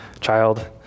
child